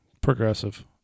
Progressive